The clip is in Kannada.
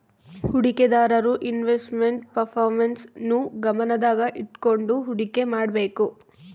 ಹೂಡಿಕೆದಾರರು ಇನ್ವೆಸ್ಟ್ ಮೆಂಟ್ ಪರ್ಪರ್ಮೆನ್ಸ್ ನ್ನು ಗಮನದಾಗ ಇಟ್ಕಂಡು ಹುಡಿಕೆ ಮಾಡ್ಬೇಕು